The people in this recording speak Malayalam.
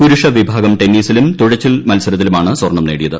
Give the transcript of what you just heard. പുരുഷ വിഭാഗം ടെന്നീസിലും തുഴച്ചിൽ മത്സരത്തിലുമാണ് സ്വർണ്ണം നേടിയത്